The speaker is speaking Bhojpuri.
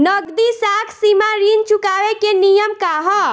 नगदी साख सीमा ऋण चुकावे के नियम का ह?